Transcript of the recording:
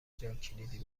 جاکلیدی